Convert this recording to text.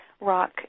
rock